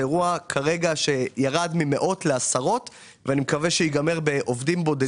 זה אירוע שירד ממאות לעשרות ואני מקווה שייגמר בעובדים בודדים,